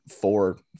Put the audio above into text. four